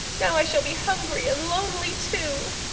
now i shall be hungry and lonely too!